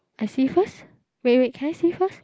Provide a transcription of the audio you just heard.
I see first wait wait can I see first